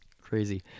crazy